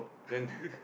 then